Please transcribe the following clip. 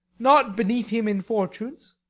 not beneath him in fortunes,